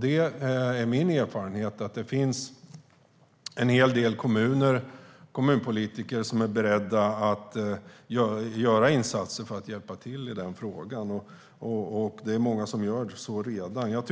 Det är min erfarenhet att det finns en hel del kommuner och kommunpolitiker som är beredda att göra insatser för att hjälpa till i den frågan. Det är många som gör så redan. Jag